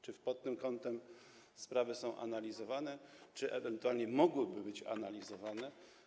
Czy pod tym względem sprawy są analizowane bądź ewentualnie mogłyby być analizowane?